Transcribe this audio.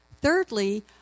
Thirdly